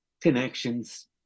connections